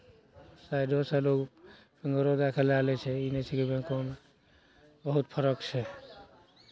साइडोसँ लोक दै कऽ लए लै छै ई नहि छै कि बैंकोमे बहुत फरक छै